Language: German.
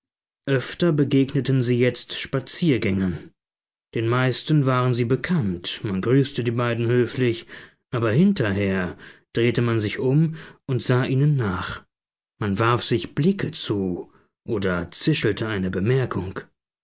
öfter begegneten sie jetzt spaziergängern den meisten waren sie bekannt man grüßte die beiden höflich aber hinterher drehte man sich um und sah ihnen nach man warf sich blicke zu oder zischelte eine bemerkung